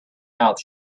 out